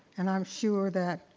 and i'm sure that